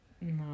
No